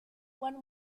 when